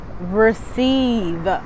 receive